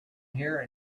here